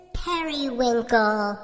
periwinkle